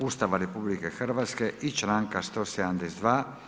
Ustava RH i članka 172.